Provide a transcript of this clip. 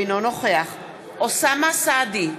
אינו נוכח אוסאמה סעדי,